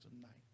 tonight